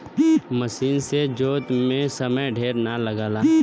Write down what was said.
मसीन से जोते में समय ढेर ना लगला